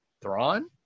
Thrawn